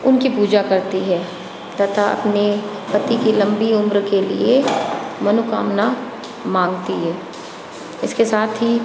उनकी पूजा करती हैं तथा अपने पति की लम्बी उम्र के लिए मनोकामना मांगती है इसके साथ ही